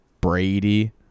Brady